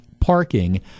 parking